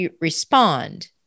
respond